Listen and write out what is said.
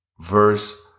verse